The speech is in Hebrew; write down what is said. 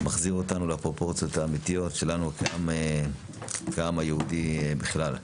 שמחזיר אותנו לפרופורציות האמיתיות שלנו כעם היהודי בכלל.